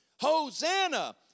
Hosanna